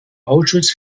ausschuss